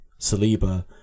Saliba